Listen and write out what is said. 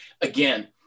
Again